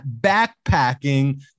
backpacking